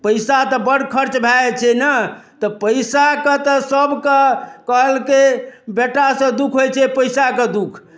पैसा तऽ बड्ड खर्च भए जाइ छै ने तऽ पैसाके तऽ सभके कहलकै बेटासँ दुःख होइ छै पैसाके दुःख